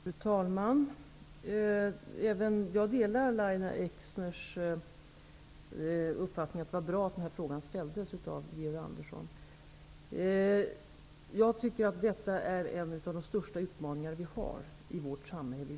Fru talman! Jag delar Lahja Exners uppfattning att det var bra att Georg Andersson framställde denna interpellation. Jag tycker att detta är en av de största utmaningar som vi har i vårt samhälle.